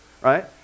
Right